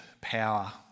power